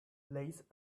lays